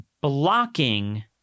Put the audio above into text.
blocking